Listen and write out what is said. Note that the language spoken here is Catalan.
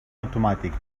automàtic